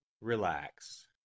Relax